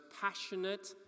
passionate